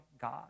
God